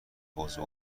عضو